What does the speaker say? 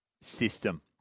system